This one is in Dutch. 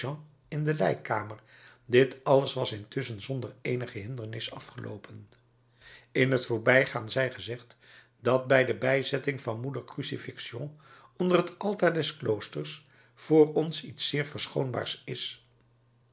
in de lijkkamer dit alles was intusschen zonder eenige hindernis afgeloopen in t voorbijgaan zij gezegd dat de bijzetting van moeder crucifixion onder het altaar des kloosters voor ons iets zeer verschoonbaars is